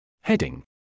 Heading